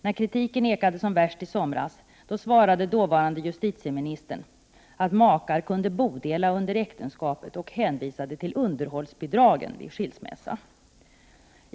När kritiken ekade som värst i somras svarade dåvarande justitieministern att makar kunde bodela under äktenskapet och hänvisade till underhållsbidragen vid skilsmässa.